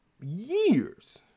years